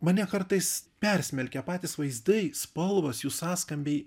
mane kartais persmelkia patys vaizdai spalvos jų sąskambiai